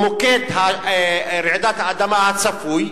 למוקד רעידת האדמה הצפויה.